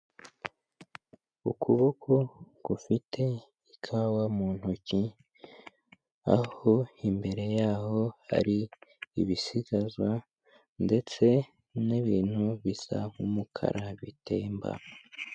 Ukuboko gufite ikawa mu ntoki, aho imbere yaho hari ibisigazwa, ndetse n'ibintu bisa nk'umukara, bitemba.